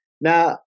Now